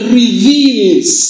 reveals